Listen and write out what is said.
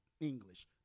English